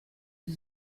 sie